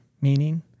meaning